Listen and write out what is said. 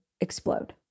explode